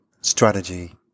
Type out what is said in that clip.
strategy